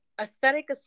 Aesthetic